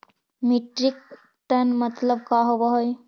Metric ton मतलब का होव हइ?